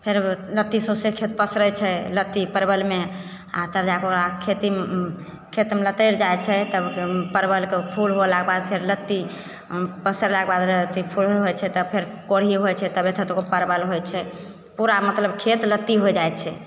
फेर ओ लत्ती सौंसे खेत पसरैत छै लत्ती परबलमे आ तब जाके ओकरा खेतीम खेतमे लतरि जाइत छै तब परबलके फूल होलाके बाद फेर लत्ती पसरलाबाद अथी फूल होइत छै तब फेर कोढ़ी होइत छै तब एथत परबल होइत छै पूरा मतलब खेत लत्ती होइ जाइत छै